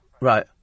Right